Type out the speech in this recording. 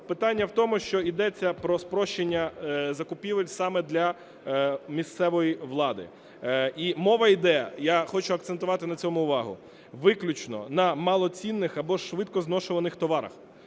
питання в тому, що йдеться про спрощення закупівель саме для місцевої влади. І мова йде, я хочу акцентувати на цьому увагу, виключно на малоцінних або швидкозношуваних товарах.